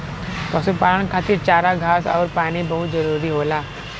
पशुपालन खातिर चारा घास आउर पानी बहुत जरूरी होला